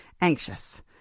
anxious